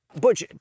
Butch